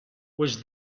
was